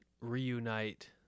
reunite